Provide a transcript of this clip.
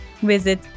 visit